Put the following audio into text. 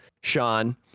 Sean